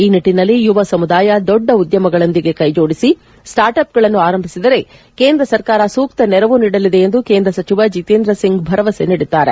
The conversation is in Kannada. ಈ ನಿಟ್ಲನಲ್ಲಿ ಯುವ ಸಮುದಾಯ ದೊಡ್ಡ ದೊಡ್ಡ ಉದ್ದಮಗಳೊಂದಿಗೆ ಕೈಜೋಡಿಸಿ ಸ್ಲಾರ್ಟ್ ಅಪ್ಗಳನ್ನು ಆರಂಭಿಸಿದರೆ ಕೇಂದ್ರ ಸರಕಾರ ಸೂಕ್ತ ನೆರವು ನೀಡಲಿದೆ ಎಂದು ಕೇಂದ್ರ ಸಚಿವ ಜಿತೇಂದ್ರ ಸಿಂಗ್ ಭರವಸೆ ನೀಡಿದ್ದಾರೆ